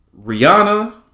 Rihanna